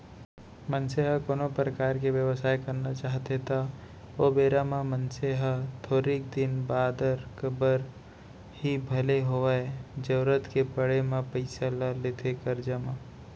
मनसे ह कोनो परकार के बेवसाय करना चाहथे त ओ बेरा म मनसे ह थोरिक दिन बादर बर ही भले होवय जरुरत के पड़े म पइसा ल लेथे करजा म